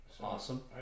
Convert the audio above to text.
Awesome